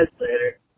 later